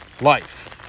life